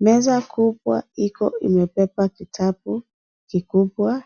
Meza kubwa iko imebeba kitabu kikubwa.